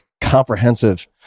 comprehensive